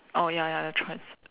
oh ya ya ya the trans~